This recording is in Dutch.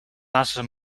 laatste